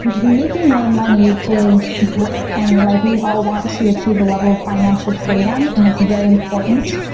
making more money is great, and like we all want to achieve a level of financial freedom and that's very important,